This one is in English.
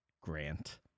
Grant